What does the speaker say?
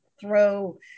throw